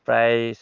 প্ৰায়